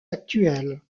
actuels